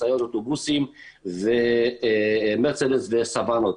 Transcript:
משאיות ואוטובוסים ומרצדס וסוואנות.